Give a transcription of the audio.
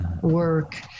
work